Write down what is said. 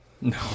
No